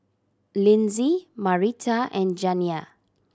Linzy Marita and Janiah